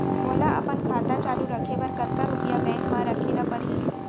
मोला अपन खाता चालू रखे बर कतका रुपिया बैंक म रखे ला परही?